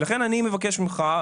לכן אני מבקש ממך,